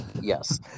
Yes